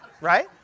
right